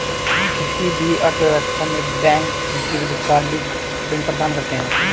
किसी भी अर्थव्यवस्था में बैंक दीर्घकालिक ऋण प्रदान करते हैं